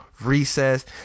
Recess